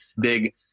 big